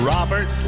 Robert